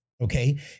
Okay